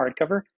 hardcover